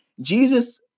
Jesus